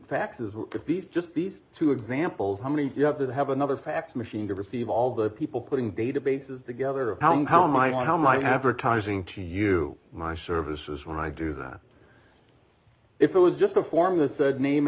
he's just beast two examples how many you have to have another fax machine to receive all the people putting databases that gather a pound how am i on how my advertising to you my services when i do that if it was just a form that said name